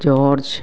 george